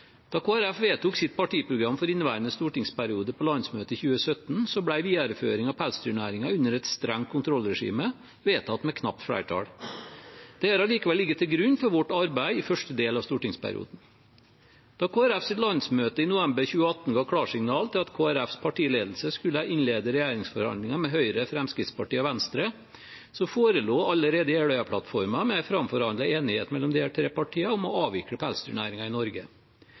Da Kristelig Folkeparti vedtok sitt partiprogram for inneværende stortingsperiode på landsmøtet i 2017, ble videreføring av pelsdyrnæringen under et strengt kontrollregime vedtatt med knapt flertall. Det har likevel ligget til grunn for vårt arbeid i første del av stortingsperioden. Da Kristelig Folkepartis landsmøte i november 2018 ga klarsignal til at Kristelig Folkepartis partiledelse skulle innlede regjeringsforhandlinger med Høyre, Fremskrittspartiet og Venstre, forelå allerede Jeløya-plattformen med en framforhandlet enighet mellom disse tre partiene om å avvikle pelsdyrnæringen i Norge.